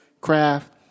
craft